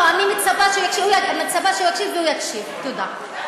אני מצפה שהוא יקשיב, והוא יקשיב, תודה.